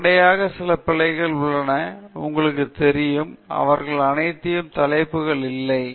எனவே உடனடியாக சில பிழைகள் உள்ளன உங்களுக்கு தெரியும் அவர்கள் அனைத்து தலைப்புகள் இல்லை அவர்கள் அனைத்து அலகுகள் இல்லை